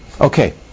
okay